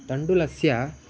तण्डुलस्य